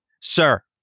sir